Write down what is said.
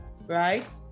right